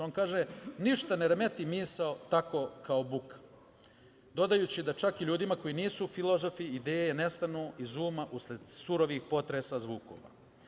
On kaže: „Ništa ne remeti misao tako kao buka.“ Dodajući da čak i ljudima koji nisu filozofi ideje nestanu iz uma usled surovih potresa zvukova.